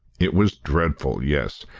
it was dreadful, yes,